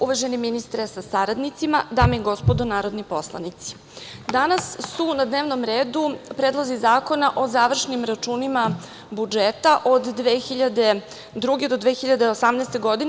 Uvaženi ministre sa saradnicima, dame i gospodo narodni poslanici, danas su na dnevnom redu predlozi zakona o završnim računima budžeta od 2002. do 2018. godine.